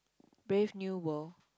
Brave-New-World